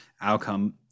outcome